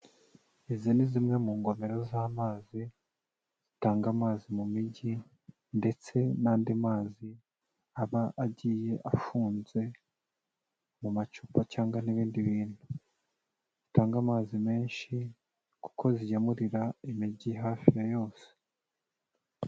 Izi ni zimwe mu ngomero z'amazi zitanga amazi mu mijyi ndetse n'andi mazi aba agiye afunze mu macupa cyangwa n'ibindi bintu, zitanga amazi menshi kuko zigemurira imijyi hafi ya yose.